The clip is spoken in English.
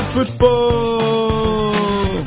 Football